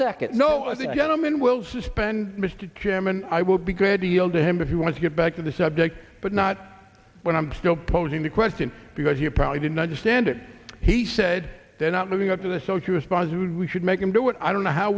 seconds no gentleman will suspend mr chairman i will be great deal to him if you want to get back to the subject but not when i'm still posing the question because you probably didn't understand it he said they're not living up to the social responsibility we should make him do it i don't know how